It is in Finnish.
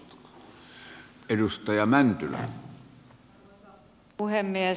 arvoisa puhemies